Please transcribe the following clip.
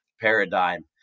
paradigm